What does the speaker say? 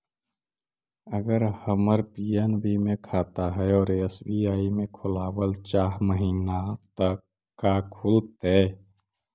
अगर हमर पी.एन.बी मे खाता है और एस.बी.आई में खोलाबल चाह महिना त का खुलतै?